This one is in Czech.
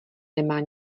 nemá